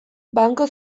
banku